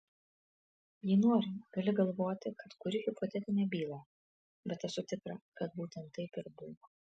jei nori gali galvoti kad kuriu hipotetinę bylą bet esu tikra kad būtent taip ir buvo